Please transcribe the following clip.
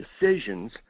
decisions